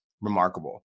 remarkable